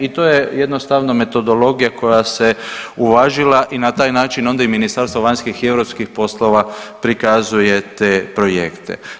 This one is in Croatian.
I to je jednostavno metodologija koja se uvažila i na taj način onda i Ministarstvo vanjskih i europskih poslova prikazuje te projekte.